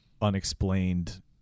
Unexplained